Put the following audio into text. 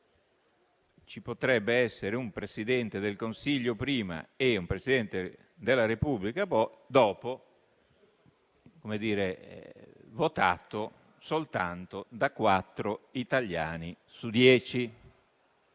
ci potrebbe essere un Presidente del Consiglio, prima, e un Presidente della Repubblica, dopo, votato soltanto da quattro italiani su dieci".